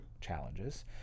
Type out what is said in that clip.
challenges